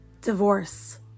divorce